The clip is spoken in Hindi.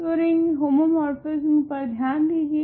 तो रिंग होमोमोर्फिस्म पर ध्यान दीजिए